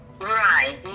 Right